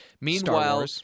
Meanwhile